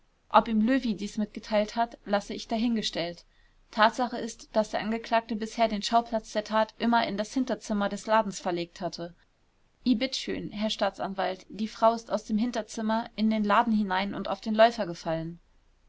ob ihm löwy dies mitgeteilt hat lasse ich dahingestellt tatsache ist daß der angeklagte bisher den schauplatz der tat immer in das hinterzimmer des ladens verlegt hat i bitt schön herr staatsanwalt die frau ist aus dem hinterzimmer in den laden hinein und auf den läufer gefallen